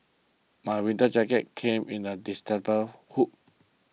my winter jacket came in a hood